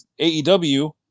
AEW